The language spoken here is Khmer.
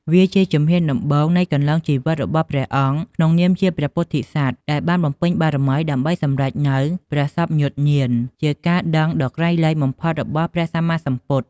វាជាជំហានដំបូងនៃគន្លងជីវិតរបស់ព្រះអង្គក្នុងនាមជាព្រះពោធិសត្វ ដែលបានបំពេញបារមីដើម្បីសម្រេចនូវព្រះសព្វញុតញ្ញាណ ជាការដឹងដ៏ក្រៃលែងបំផុតរបស់ព្រះសម្មាសម្ពុទ្ធ។